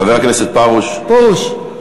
חבר הכנסת פרוש, פרוש.